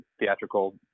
theatrical